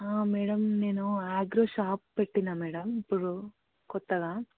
madam నేను agro shop పెట్టాను madam ఇప్పుడు కొత్తగా